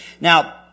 Now